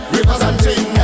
Representing